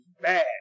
bad